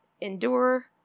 endure